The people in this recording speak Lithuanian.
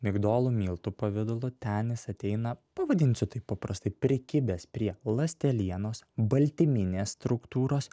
migdolų miltų pavidalu ten jis ateina pavadinsiu taip paprastai prikibęs prie ląstelienos baltyminės struktūros